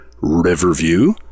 Riverview